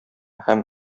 һәм